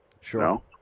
Sure